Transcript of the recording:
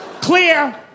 clear